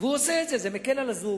והוא עושה את זה, זה מקל על הזוג.